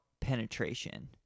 penetration